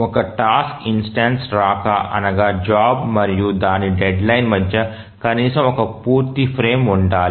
ఒక task instance రాక అనగా జాబ్ మరియు దాని డెడ్లైన్ మధ్య కనీసం ఒక పూర్తి ఫ్రేమ్ ఉండాలి